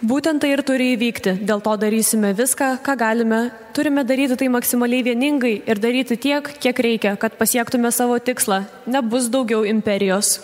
būtent tai ir turi įvykti dėl to darysime viską ką galime turime daryti tai maksimaliai vieningai ir daryti tiek kiek reikia kad pasiektume savo tikslą nebus daugiau imperijos